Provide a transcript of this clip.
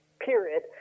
Period